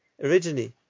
originally